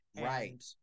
Right